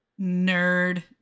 Nerd